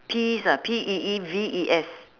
peeves ah P E E V E S